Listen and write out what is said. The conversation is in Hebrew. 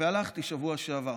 והלכתי בשבוע שעבר,